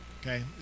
Okay